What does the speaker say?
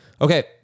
Okay